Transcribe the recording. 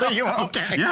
you okay? yeah